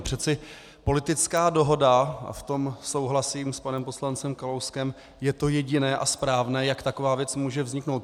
Přece politická dohoda, v tom souhlasím s panem poslancem Kalouskem, je to jediné a správné, jak taková věc může vzniknout.